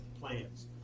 plans